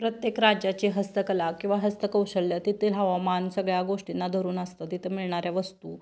प्रत्येक राज्याची हस्तकला किंवा हस्तकौशल्य तेथील हवामान सगळ्या गोष्टींना धरून असतं तिथं मिळणाऱ्या वस्तू